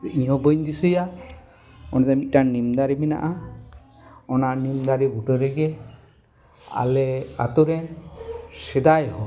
ᱤᱧ ᱦᱚᱸ ᱵᱟᱹᱧ ᱫᱤᱥᱟᱹᱭᱟ ᱚᱸᱰᱮ ᱫᱚ ᱢᱤᱫᱴᱟᱝ ᱱᱤᱢ ᱫᱟᱨᱮ ᱢᱮᱱᱟᱜᱼᱟ ᱚᱱᱟ ᱱᱤᱢ ᱫᱟᱨᱮ ᱵᱩᱴᱟᱹ ᱨᱮᱜᱮ ᱟᱞᱮ ᱟᱛᱳᱨᱮᱱ ᱥᱮᱫᱟᱭ ᱦᱚᱲ